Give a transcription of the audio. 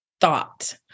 thought